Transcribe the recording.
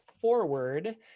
forward